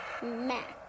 Mac